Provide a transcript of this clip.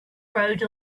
wrote